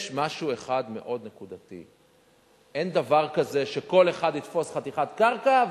יש משהו אחד מאוד נקודתי: אין דבר כזה שכל אחד יתפוס חתיכת קרקע,